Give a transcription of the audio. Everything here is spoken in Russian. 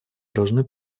должны